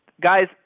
Guys